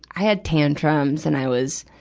i, had tantrums and i was,